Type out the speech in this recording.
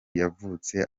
yavutse